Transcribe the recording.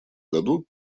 году